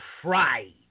pride